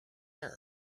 air